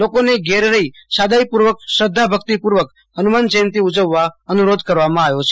લોકોને રહી સાદાઈ પ્વર્કશ્રધ્ધા ભકિતપ્વક હનુમાન જયંતિ ઉજવવા અનુરોધ કરવામાં આ વ્યો છે